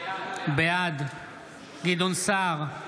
בעד גדעון סער,